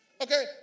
Okay